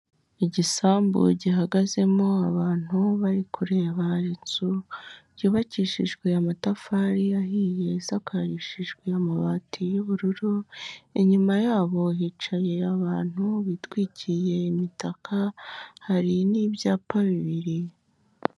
Igisambu gihagazemo abantu bari kureba inzu yubakishijwe amatafari yahiyesakanrishijwe amabati y'ubururu inyuma yabo hicaye abantu bitwikiye imitaka hari n'ibyapa bibiri.